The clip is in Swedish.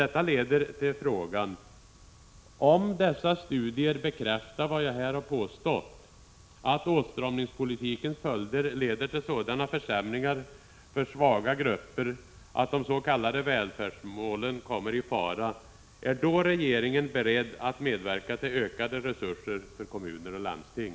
Det leder till följande fråga: Om dessa studier bekräftar vad jag här påstått, att åtstramningspolitikens följder leder till sådana försämringar för svaga grupper att de s.k. välfärdsmålen kommer i fara, är då regeringen beredd att medverka till ökade resurser för kommuner och landsting?